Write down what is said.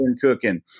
cooking